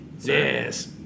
Yes